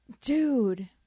Dude